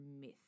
myth